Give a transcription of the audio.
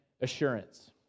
assurance